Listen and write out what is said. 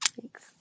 Thanks